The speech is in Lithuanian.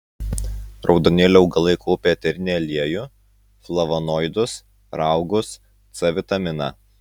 raudonėlio augalai kaupia eterinį aliejų flavonoidus raugus c vitaminą